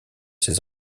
ses